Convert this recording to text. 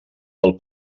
del